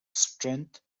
strength